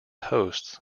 hosts